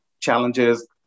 challenges